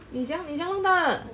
你这么样你这么样弄大的